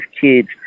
kids